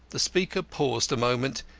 the speaker paused a moment,